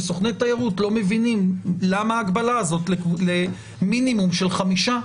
שסוכני תיירות לא מבינים למה ההגבלה הזאת למינימום של חמישה.